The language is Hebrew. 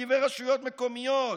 תקציבי רשויות מקומיות.